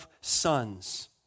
sons